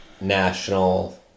national